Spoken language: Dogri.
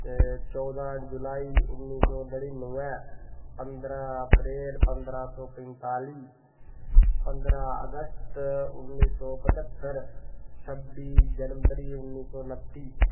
ते चौदां जुलाई उन्नी सौ नड़िनुऐ पंदरां अप्रैल पंदरां सौ पंजताली पंदरां अगस्त उन्नी सौ पच्हतर छब्बी जनवरी उन्नी सौ नत्ती